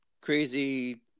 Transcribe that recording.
crazy